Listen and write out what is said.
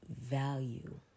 value